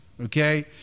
Okay